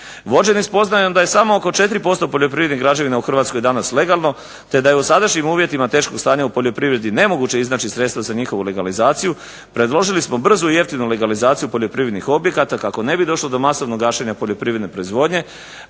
Vođeni spoznajom da je samo oko 4% poljoprivrednih građevina u Hrvatskoj danas legalno, te da je u sadašnjim uvjetima teškog stanja u poljoprivredi nemoguće iznaći sredstva za njihovu legalizaciju predložili smo brzu i jeftinu legalizaciju poljoprivrednih objekata kako ne bi došlo do masovnog gašenja poljoprivredne proizvodnje,